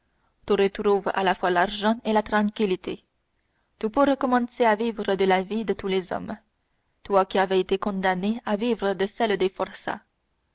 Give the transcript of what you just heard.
tu retrouves à la fois l'argent et la tranquillité tu peux recommencer à vivre de la vie de tous les hommes toi qui avais été condamné à vivre de celle des forçats